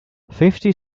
fifty